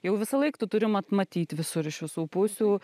jau visąlaik tu turi mat matyt visur iš visų pusių